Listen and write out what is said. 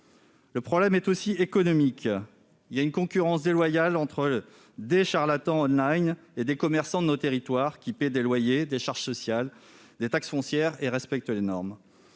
Le problème est aussi économique, car une concurrence déloyale s'installe entre les charlatans qui oeuvrent et les commerçants de nos territoires qui paient des loyers, des charges sociales, des taxes foncières et qui respectent les normes.